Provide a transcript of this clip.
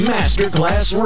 Masterclass